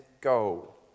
goal